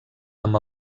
amb